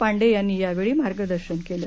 पांडेयांनीयावेळीमार्गदर्शनकेलं